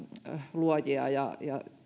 luojia ja